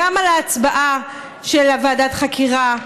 גם על ההצבעה על ועדת החקירה,